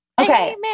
Okay